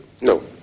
No